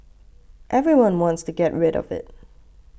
everyone wants to get rid of it